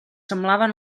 semblaven